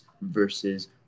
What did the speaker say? versus